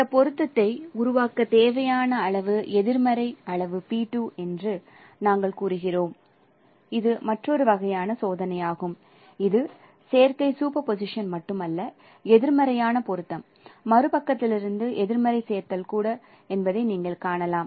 இந்த பொருத்தத்தை உருவாக்க தேவையான அளவு எதிர்மறை அளவு p2 என்று நாங்கள் கூறுகிறோம் இது மற்றொரு வகையான சோதனையாகும் இது சேர்க்கை சூப்பர் போசிஷன் மட்டுமல்ல எதிர்மறையான பொருத்தம் மறுபக்கத்திலிருந்து எதிர்மறை சேர்த்தல் கூட என்பதை நீங்கள் காணலாம்